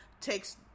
takes